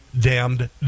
damned